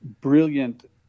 brilliant